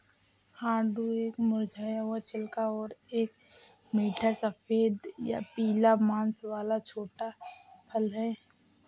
आड़ू एक मुरझाया हुआ छिलका और एक मीठा सफेद या पीला मांस वाला छोटा फल है